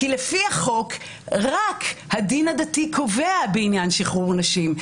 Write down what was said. כי לפי החוק רק הדין הדתי קובע בעניין שחרור נשים,